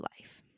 life